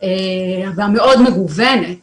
והמאוד מגוונת